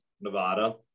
Nevada